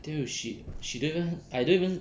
I tell you she don't even I don't even